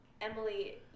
Emily